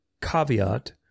caveat